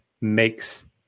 makes